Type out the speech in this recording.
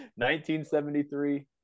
1973